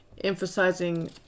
Emphasizing